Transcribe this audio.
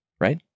right